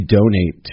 donate